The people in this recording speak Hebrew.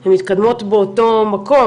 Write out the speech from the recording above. הן מתקדמות באותו מקום,